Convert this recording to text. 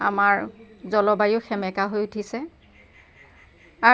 আমাৰ জলবায়ু সেমেকা হৈ উঠিছে